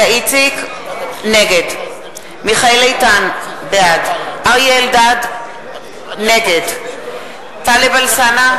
נגד מיכאל איתן, בעד אריה אלדד, נגד טלב אלסאנע,